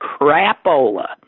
crapola